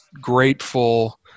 grateful